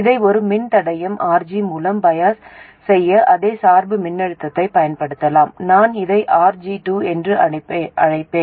இதை ஒரு மின்தடையம் RG மூலம் பயாஸ் செய்ய அதே சார்பு மின்னழுத்தத்தைப் பயன்படுத்தலாம் நான் அதை RG2 என்று அழைப்பேன்